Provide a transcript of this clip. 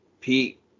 Pete